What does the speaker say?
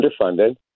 underfunded